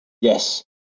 Yes